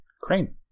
Crane